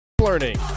learning